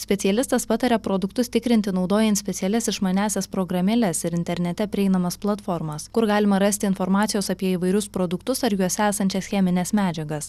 specialistas pataria produktus tikrinti naudojant specialias išmaniąsias programėles ir internete prieinamas platformas kur galima rasti informacijos apie įvairius produktus ar juose esančias chemines medžiagas